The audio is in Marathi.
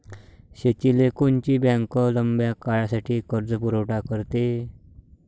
शेतीले कोनची बँक लंब्या काळासाठी कर्जपुरवठा करते?